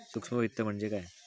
सूक्ष्म वित्त म्हणजे काय?